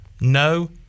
No